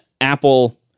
Apple